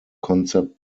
concept